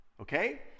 okay